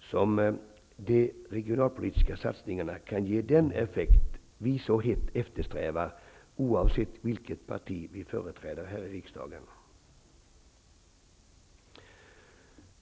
som de regionalpolitiska satsningarna kan ge den effekt vi så hett eftersträvar, oavsett vilket parti vi företräder i riksdagen.